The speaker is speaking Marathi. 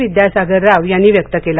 विद्यासागर राव यांनी व्यक्त केला